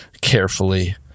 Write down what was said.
carefully